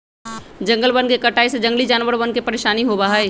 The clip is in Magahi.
जंगलवन के कटाई से जंगली जानवरवन के परेशानी होबा हई